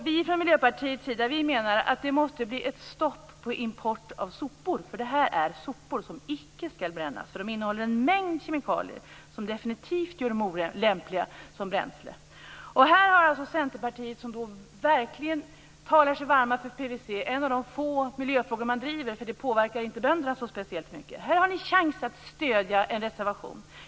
Vi i Miljöparitet anser att det måste bli ett stopp för import av sopor, för detta är sopor som icke skall brännas eftersom de innehåller en mängd kemikalier som definitivt gör dem olämpliga som bränsle. Här har Centerpartiet som verkligen talar sig varma om PVC - en av de få miljöfrågor som man driver, eftersom ett sådant inte påverkar bönderna så mycket - en chans att stödja en reservation.